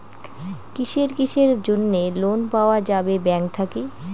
কিসের কিসের জন্যে লোন পাওয়া যাবে ব্যাংক থাকি?